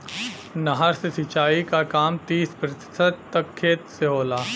नहर से सिंचाई क काम तीस प्रतिशत तक खेत से होला